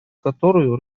которую